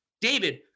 David